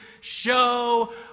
show